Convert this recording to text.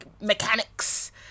mechanics